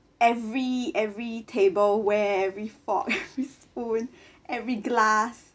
every every table where every fork spoon every glass